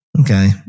okay